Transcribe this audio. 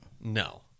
no